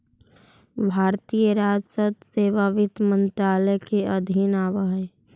भारतीय राजस्व सेवा वित्त मंत्रालय के अधीन आवऽ हइ